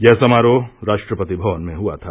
यह समारोह राष्ट्रपति भवन में हुआ था